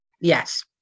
Yes